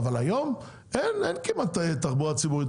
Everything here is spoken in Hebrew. אבל היום אין כמעט תחבורה ציבורית.